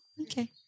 Okay